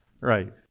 Right